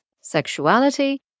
sexuality